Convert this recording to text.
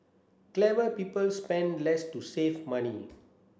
clever people spend less to save money